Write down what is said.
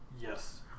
Yes